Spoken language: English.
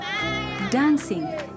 Dancing